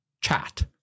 chat